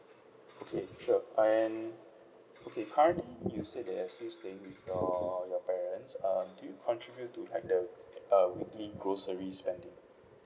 okay sure and okay currently you said that you're still staying with your your parents um do you contribute to like the uh weekly grocery spending